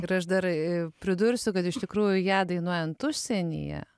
ir aš dar pridursiu kad iš tikrųjų ją dainuojant užsienyje